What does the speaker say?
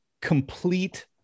complete